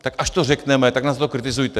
Tak až to řekneme, tak nás za to kritizujte.